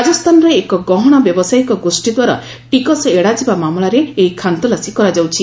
ରାଜସ୍ଥାନର ଏକ ଗହଣା ବ୍ୟବସାୟୀକ ଗୋଷ୍ଠୀ ଦ୍ୱାରା ଟିକସ ଏଡ଼ାଯିବା ମାମଲାରେ ଏହି ଖାନତଲାସୀ କରାଯାଉଛି